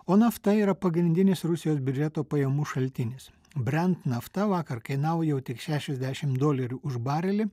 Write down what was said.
o nafta yra pagrindinis rusijos biudžeto pajamų šaltinis brent nafta vakar kainavo naujo tik šešiasdešimt dolerių už barelį